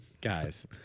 Guys